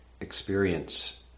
experience